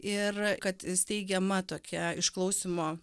ir kad įsteigiama tokia išklausymo